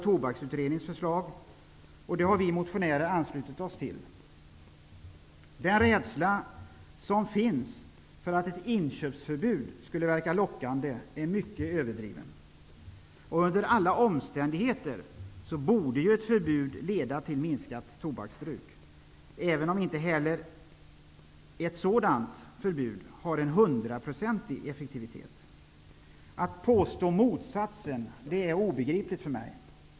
Tobaksutredningen föreslår en 18 årsgräns, och det har vi motionärer anslutit oss till. Den rädsla som finns för att ett inköpsförbud skulle verka lockande är mycket överdriven. Och under alla omständigheter borde ju ett förbud leda till minskat tobaksbruk, även om inte heller ett sådant förbud är 100-procentigt effektivt. Att någon kan påstå motsatsen är obegripligt för mig.